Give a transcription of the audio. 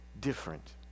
different